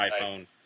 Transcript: iPhone